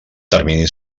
termini